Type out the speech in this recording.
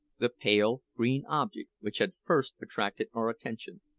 the pale-green object which had first attracted our attention.